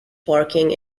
parking